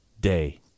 day